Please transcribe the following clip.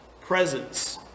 Presence